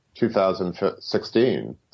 2016